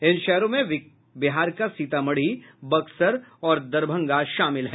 इन शहरों में बिहार के सीतामढ़ी बक्सर और दरभंगा शामिल हैं